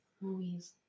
movies